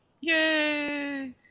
Yay